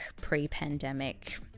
pre-pandemic